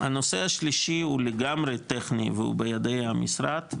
הנושא השלישי הוא לגמרי טכני והוא בידי המשרד,